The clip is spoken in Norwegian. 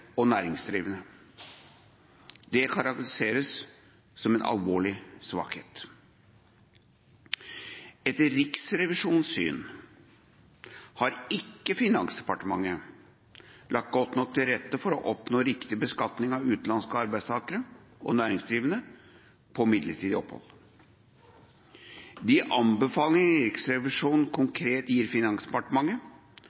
og næringsdrivende. Det karakteriseres som en alvorlig svakhet. Etter Riksrevisjonens syn har ikke Finansdepartementet lagt godt nok til rette for å oppnå riktig beskatning av utenlandske arbeidstakere og næringsdrivende på midlertidig opphold. De anbefalingene Riksrevisjonen